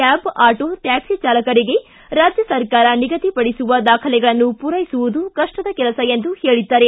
cab auto taxi ಚಾಲಕರಿಗೆ ರಾಜ್ಯ ಸರ್ಕಾರ ನಿಗದಿಪಡಿಸಿಸುವ ದಾಖಲೆಗಳನ್ನು ಪೂರೈಸುವುದು ಕಷ್ಟದ ಕೆಲಸ ಎಂದು ಹೇಳಿದ್ದಾರೆ